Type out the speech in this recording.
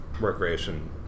recreation